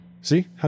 See